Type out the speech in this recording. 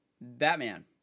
Batman